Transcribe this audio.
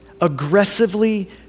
Aggressively